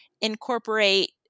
incorporate